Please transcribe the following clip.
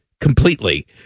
completely